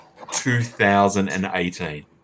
2018